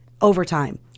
overtime